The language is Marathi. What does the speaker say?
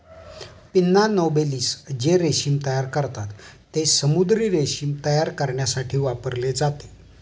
पिन्ना नोबिलिस जे रेशीम तयार करतात, ते समुद्री रेशीम तयार करण्यासाठी वापरले जाते